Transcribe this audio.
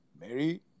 Mary